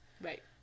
Right